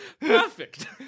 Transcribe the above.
Perfect